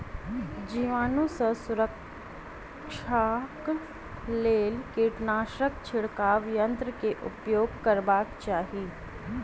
जीवाणु सॅ सुरक्षाक लेल कीटनाशक छिड़काव यन्त्र के उपयोग करबाक चाही